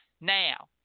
now